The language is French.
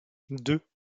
deux